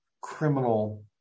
criminal